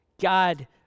God